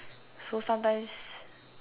so sometimes